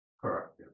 Correct